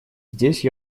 здесь